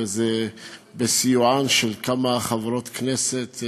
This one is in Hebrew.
וזה בסיוען של כמה חברות כנסת,